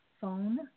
phone